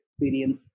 experience